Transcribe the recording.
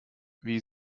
wie